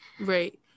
right